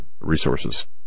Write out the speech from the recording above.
resources